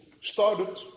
started